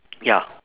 ya